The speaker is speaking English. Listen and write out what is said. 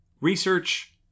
Research